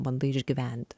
bandai išgyventi